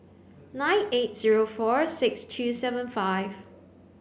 nine eight zero four six two seven five